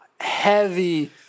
heavy